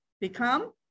become